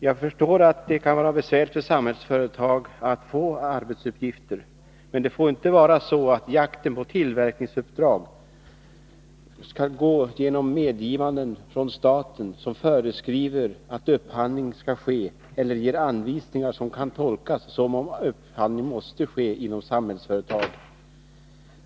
Jag förstår att det kan vara besvärligt för Samhällsföretag att få arbetsuppgifter, men det får inte vara så att jakten på tillverkningsuppdrag skall gå genom medgivanden från staten som föreskriver att upphandling skall ske eller ger anvisningar som kan tolkas som om upphandling måste ske inom Samhällsföretag.